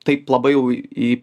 taip labai jau į į